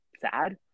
sad